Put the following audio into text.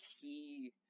key